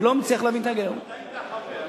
אתה היית חבר.